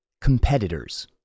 Competitors